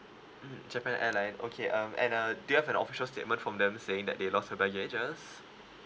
mmhmm japan airline okay um and uh do you have an official statement from them saying that they lost you baggage